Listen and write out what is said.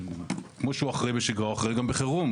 כמו שהוא אחראי בשגרה, הוא אחראי גם בחירום.